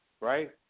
right